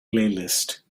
playlist